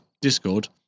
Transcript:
Discord